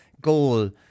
goal